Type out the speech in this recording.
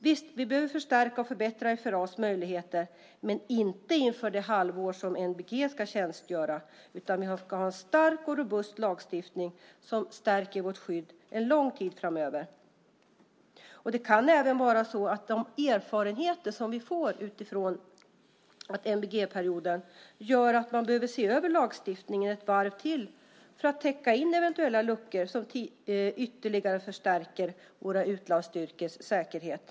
Visst, vi behöver förstärka och förbättra FRA:s möjligheter men inte inför det halvår då NBG ska tjänstgöra, utan vi ska ha en stark och robust lagstiftning som stärker vårt skydd en lång tid framöver. Det kan även vara så att de erfarenheter som vi får utifrån NBG-perioden gör att vi behöver se över lagstiftningen ett varv till för att täcka eventuella luckor och ytterligare förstärka våra utlandsstyrkors säkerhet.